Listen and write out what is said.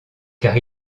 car